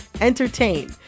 entertain